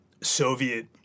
Soviet